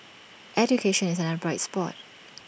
education is another bright spot